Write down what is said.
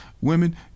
women